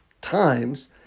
times